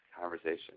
conversation